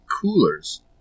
coolers